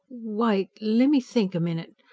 wait, lemme think a minute.